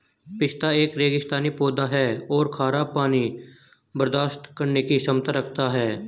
पिस्ता एक रेगिस्तानी पौधा है और खारा पानी बर्दाश्त करने की क्षमता रखता है